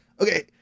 Okay